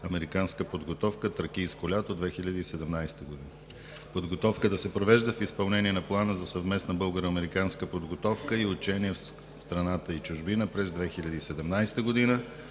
българо-американска подготовка „Тракийско лято“ 2017 г. Подготовката се провежда в изпълнение на Плана за съвместна българо-американска подготовка и учение в страната и чужбина през 2017 г.